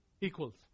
equals